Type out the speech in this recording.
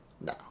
No